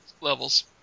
levels